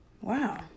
Wow